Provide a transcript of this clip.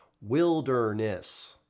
Wilderness